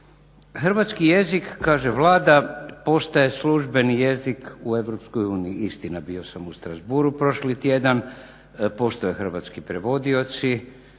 Hrvatski jezik, kaže Vlada, postaje službeni jezik u EU. Istina bio sam u Strasbourgu prošli tjedan, postoje hrvatski prevodioci,